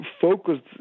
focused